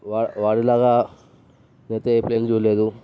వా వాడిలాగా మిగతా ఏ ప్లేయర్ని చూడలేదు